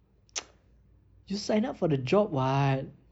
you sign up for the job [what]